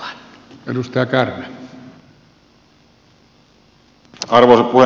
arvoisa puhemies